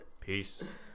Peace